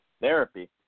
therapy